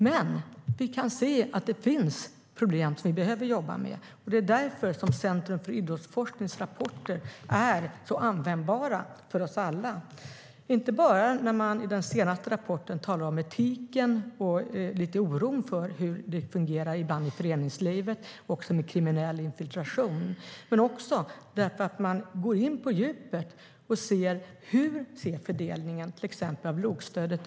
Vi kan dock se att det finns problem som vi behöver jobba med. Därför är Centrum för idrottsforsknings rapporter användbara för oss alla. Det gäller inte bara när de i den senaste rapporten talar om etiken och lite om oron för hur det ibland fungerar i föreningslivet, även med kriminell infiltration, utan de går också in på djupet och tittar på fördelningen av till exempel LOK-stödet.